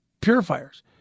purifiers